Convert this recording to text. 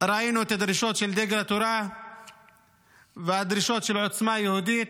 ראינו את הדרישות של דגל התורה והדרישות של עוצמה יהודית.